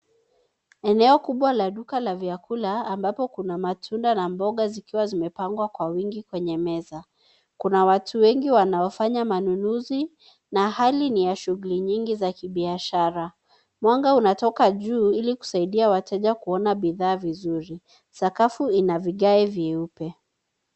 Eneo kubwa la duka la vyakula ambapo kuna matunda na mboga zikiwa zimepangwa kwa wingi kwenye meza. Kuna watu wengi wanaofanya manunuzi na hali ni ya shughuli nyingi za kibiashara. Mwanga unatoka juu ili kusaidia wateja kuona bidhaa vizuri. Sakafu ina vigae vyeupe.